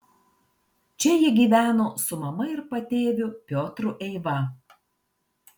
čia ji gyveno su mama ir patėviu piotru eiva